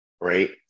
right